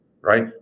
right